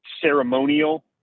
ceremonial